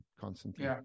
constantly